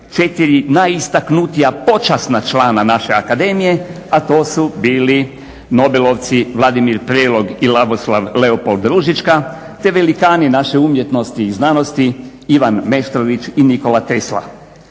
četiri najistaknutinija počasna člana naše Akademije a to su bili nobelovci Vladimir Prelog i Lavoslav Leopold Ružiščka, te velikani naše umjetnosti i znanosti Ivan Meštrović i Nikola Tesla.